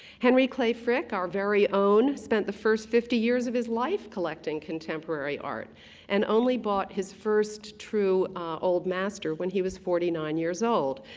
henry clay frick, our very own, spent the first fifty years of his life collecting contemporary art and only bought his first true old master when he was forty nine years old.